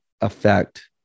affect